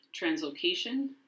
translocation